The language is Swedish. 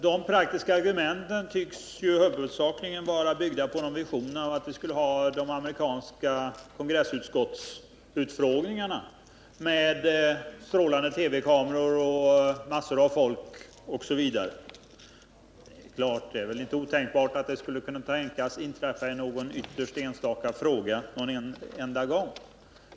De praktiska argumenten tycks huvudsakligen vara byggda på någon vision av att vi skulle ha någonting i stil med amerikanska kongressutfrågningar med TV-kameror i strålande ljussken, massor av folk osv. Det är väl inte otänkbart att detta kunde inträffa någon enda gång i någon enstaka fråga.